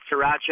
sriracha